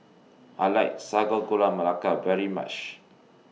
I like Sago Gula Melaka very much